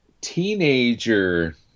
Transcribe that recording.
Teenager